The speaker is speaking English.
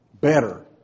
Better